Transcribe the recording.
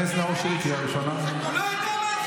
חבר הכנסת נאור שירי, קריאה ראשונה, די, נו.